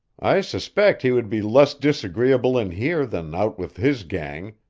i suspect he would be less disagreeable in here than out with his gang,